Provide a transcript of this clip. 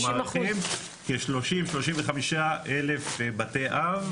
כ- 35-30 אלף בתי אב.